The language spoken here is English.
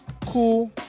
cool